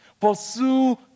Pursue